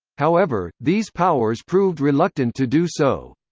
however, these powers proved reluctant to do so.